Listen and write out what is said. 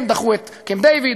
הם דחו את קמפ-דייוויד,